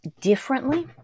differently